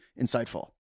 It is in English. insightful